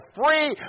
free